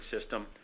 system